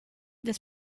this